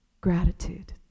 Gratitude